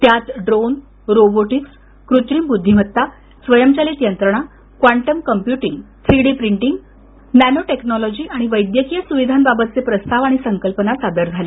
त्यात drone robotics कृत्रिम बुद्धिमत्ता स्वयंचलित यंत्रणा quantum computing three D printing nano technology आणि वैद्यकीय सुविधांबाबतचे प्रस्ताव संकल्पना सादर झाल्या